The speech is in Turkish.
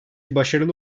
başarılı